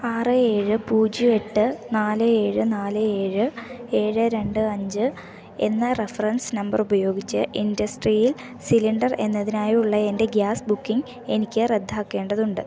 ആറ് ഏഴ് പൂജ്യം എട്ട് നാല് ഏഴ് നാല് ഏഴ് ഏഴ് രണ്ട് അഞ്ച് എന്ന റഫറൻസ് നമ്പറുപയോഗിച്ച് ഇൻഡസ്ട്രിയൽ സിലിണ്ടർ എന്നതിനായുള്ള എൻ്റെ ഗ്യാസ് ബുക്കിംഗ് എനിക്ക് റദ്ദാക്കേണ്ടതുണ്ട്